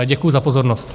Děkuju za pozornost.